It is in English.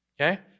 Okay